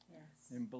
Yes